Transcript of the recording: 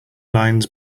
lines